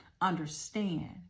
understand